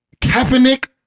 Kaepernick